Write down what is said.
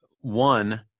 one